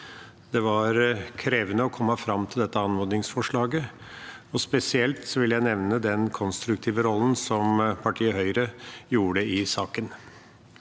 Det var krevende å komme fram til dette anmodningsforslaget. Spesielt vil jeg nevne den konstruktive rollen som partiet Høyre hadde i saken.